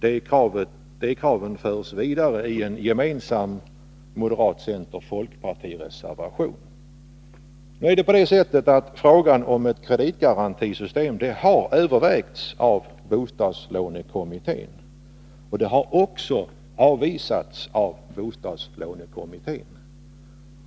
De kraven förs vidare i en gemensam moderat-center-folkparti-reservation. Nu är det på det sättet att frågan om ett kreditgarantisystem har övervägts och också avvisats av bostadslånekommittén.